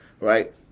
right